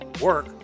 work